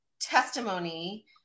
testimony